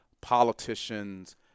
politicians